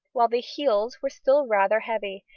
while the heels were still rather heavy,